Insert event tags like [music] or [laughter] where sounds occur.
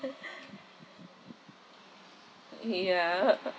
[laughs] ya [laughs]